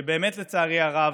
שבאמת, לצערי הרב,